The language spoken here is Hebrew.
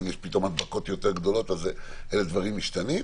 אם יש פתאום הדבקות יותר גדולות אז דברים משתנים.